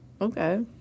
Okay